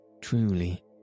Truly